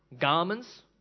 Garments